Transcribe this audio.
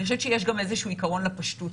אני חושבת שיש גם איזשהו עיקרון לפשטות.